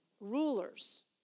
Rulers